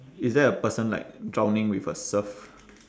is there a person like drowning with a surf